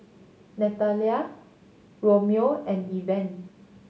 Nathalia Romeo and Evan